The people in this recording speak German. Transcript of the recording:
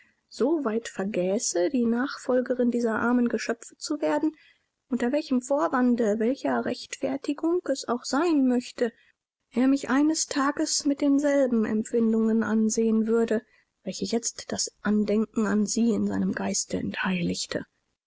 so weit vergäße die nachfolgerin dieser armen geschöpfe zu werden unter welchem vorwande welcher rechtfertigung es auch sein möchte er mich eines tages mit denselben empfindungen ansehen würde welche jetzt das andenken an sie in seinem geiste entheiligte